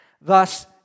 Thus